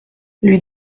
lui